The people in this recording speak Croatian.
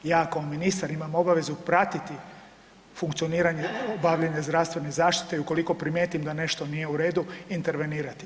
Ja kao ministar imam obavezu pratiti funkcioniranje obavljanja zdravstvene zaštite ukoliko primijetim da nešto nije u redu intervenirati.